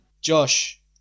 Josh